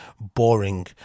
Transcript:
boring